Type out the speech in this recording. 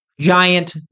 giant